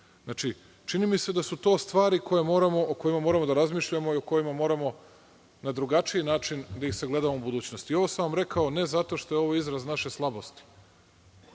ubrzali. Čini mi se da su to stvari o kojima moramo da razmišljamo i o kojima moramo na drugačiji način da sagledavamo budućnost. Ovo sam rekao, ne zato što je izraz naše slabosti,